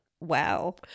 wow